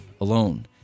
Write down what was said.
alone